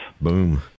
boom